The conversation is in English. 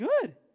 good